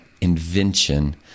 invention